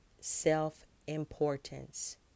self-importance